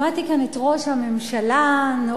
שמעתי כאן את ראש הממשלה נואם,